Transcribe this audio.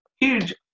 huge